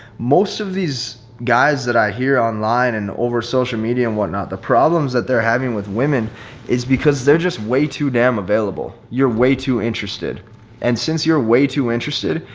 most of these guys that i hear online and over social media and whatnot, the problems that they're having with women is because they're just way too damn available. you're way too interested and since you're way too interested,